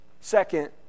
Second